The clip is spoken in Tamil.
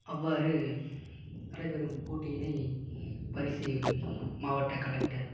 அவ்வாறு நடைபெறும் போட்டியினைப் பரிசை மாவட்ட கலெக்டர்